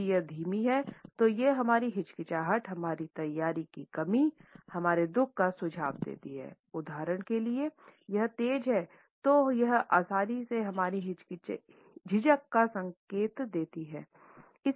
यदि यह धीमा है तो यह हमारी हिचकिचाहट हमारी तैयारी की कमी हमारे दुःख का सुझाव देती है उदाहरण के लिए अगर यह तेज़ है तो यह आसानी से हमारी झिझक का संकेत देती है